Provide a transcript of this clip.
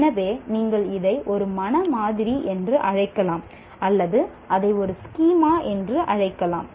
எனவே நீங்கள் இதை ஒரு மன மாதிரி என்று அழைக்கலாம் அல்லது அதை ஒரு ஸ்கீமா என்று அழைக்கலாம்